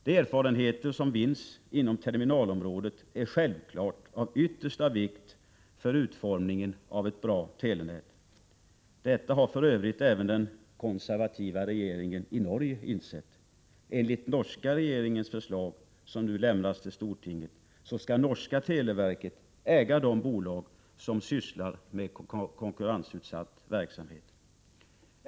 De erfarenheter som vinns inom terminalområdet är självfallet av yttersta vikt för utformningen av ett bra telenät. Detta har för övrigt även den konservativa regeringen i Norge insett. Enligt den norska regeringens förslag, som nu lämnats till stortinget, skall det norska televerket äga de bolag som sysslar med konkurrensutsatt verksamhet.